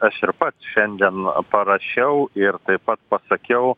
aš ir pats šiandien parašiau ir taip pat pasakiau